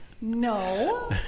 No